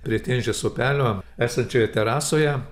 prie tinžės upelio esančioje terasoje